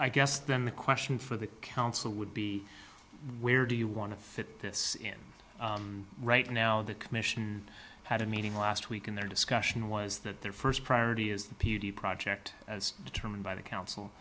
i guess then the question for the council would be where do you want to fit this in right now the commission had a meeting last week in their discussion was that their first priority is the puti project as determined by the council